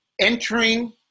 entering